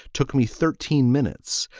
took me thirteen minutes.